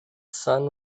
sun